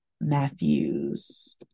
Matthew's